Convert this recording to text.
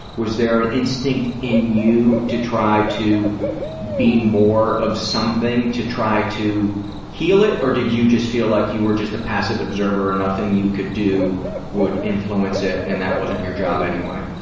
was there an instinct in you to try to be more of something to try to heal it, or did you just feel like you were just a passive observer and nothing you could do would influence it and that wasn't your job anyway?